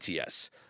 ATS